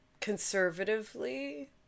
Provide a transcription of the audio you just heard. conservatively